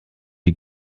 die